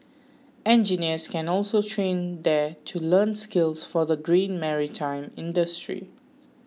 engineers can also train there to learn skills for the green maritime industry